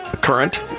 current